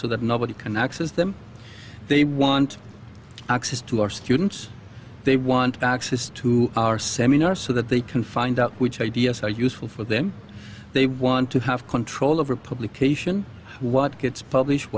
so that nobody can access them they want access to our students they want access to our seminar so that they can find out which i d s are useful for them they want to have control over publication what gets published